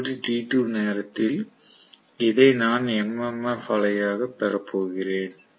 t t2 நேரத்தில் இதை நான் MMF அலையாக பெறப்போகிறேன்